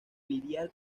lidiar